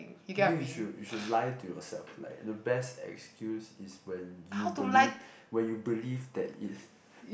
no you should you should lie to yourself like the best excuse is when you believe when you believe that it's